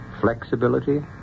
flexibility